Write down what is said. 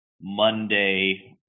Monday –